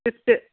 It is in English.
swift